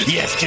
Yes